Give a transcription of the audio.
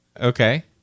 Okay